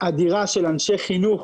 אדירה של אנשי חינוך